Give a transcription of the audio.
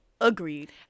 agreed